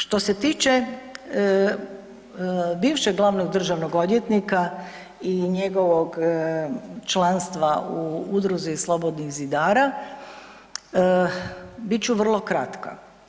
Što se tiče bivšeg glavnog državnog odvjetnika i njegovog članstva u udruzi Slobodnih zidara, bit ću vrlo kratka.